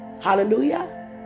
Hallelujah